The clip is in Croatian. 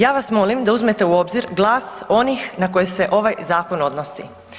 Ja vas molim da uzmete u obzir glas onih na koje se ovaj zakon odnosi.